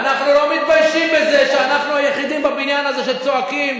אנחנו לא מתביישים בזה שאנחנו היחידים בבניין הזה שצועקים,